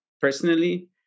personally